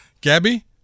Gabby